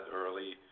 early